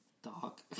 Dog